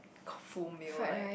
full meal like